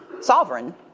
sovereign